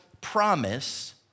promise